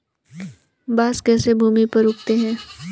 बांस कैसे भूमि पर उगते हैं?